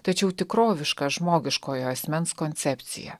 tačiau tikrovišką žmogiškojo asmens koncepciją